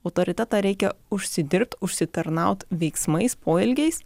autoritetą reikia užsidirbt užsitarnaut veiksmais poelgiais